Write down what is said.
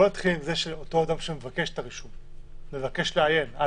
בוא נתחיל מזה שאותו אדם שמבקש לעיין ברישום של עצמו